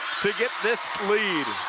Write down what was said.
to get this lead.